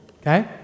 okay